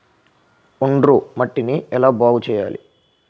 ఒండ్రు మట్టిని ఎలా బాగుంది చేయాలి?